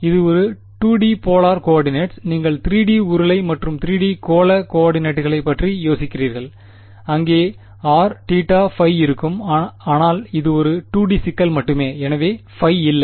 இது 2 D polar coordinates நீங்கள் 3D உருளை மற்றும் 3D கோளக் கோஆர்டினேட்களை பற்றி யோசிக்கிறீர்கள் அங்கே r θ ϕ இருக்கும் ஆனால் இது ஒரு 2 டி சிக்கல் மட்டுமே எனவே பை ϕ இல்லை